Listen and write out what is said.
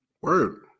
Word